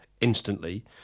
instantly